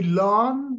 learn